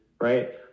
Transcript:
right